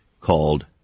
called